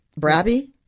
brabby